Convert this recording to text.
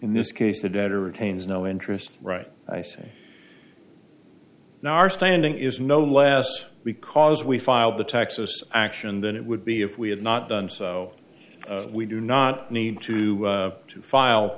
in this case the debtor retains no interest right i see now our standing is no less because we filed the texas action than it would be if we had not done so we do not need to to file